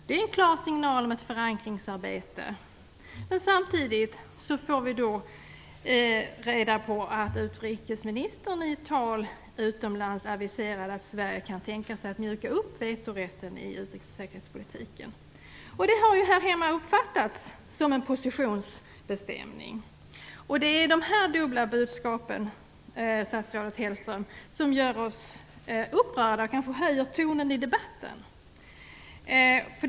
Det är en klar signal om ett förankringsarbete. Men samtidigt får vi reda på att utrikesministern i ett tal utomlands aviserat att Sverige kan tänka sig att mjuka upp vetorätten i utrikes och säkerhetspolitiken. Det har här hemma uppfattats som en positionsbestämning. Det är de här dubbla budskapen, statsrådet Hellström, som gör oss upprörda och som kanske gör att tonen i debatten höjs.